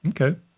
Okay